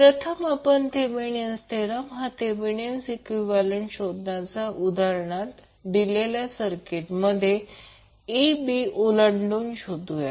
प्रथम आपण Thevenin theorem हा थेवेनीण इक्विवैलेन्ट शोधण्यासाठी उदाहरणात दिलेल्या सर्किटमध्ये a b ओलांडून शोधूया